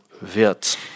wird